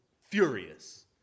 furious